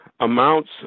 amounts